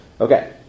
Okay